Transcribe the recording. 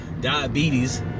diabetes